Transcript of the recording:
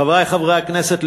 חברי חברי הכנסת,